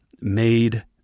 made